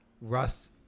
russ